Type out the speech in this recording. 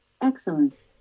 Excellent